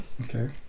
Okay